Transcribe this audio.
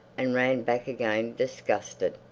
and ran back again disgusted.